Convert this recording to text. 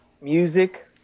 music